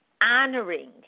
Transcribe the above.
honoring